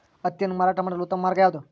ಹತ್ತಿಯನ್ನು ಮಾರಾಟ ಮಾಡಲು ಉತ್ತಮ ಮಾರ್ಗ ಯಾವುದು?